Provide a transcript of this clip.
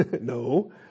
No